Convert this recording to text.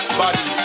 body